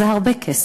וזה הרבה כסף,